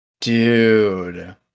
dude